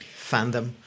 fandom